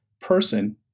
person